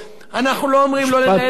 אנחנו לא אומרים לא לנהל, משפט אחרון.